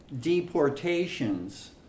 deportations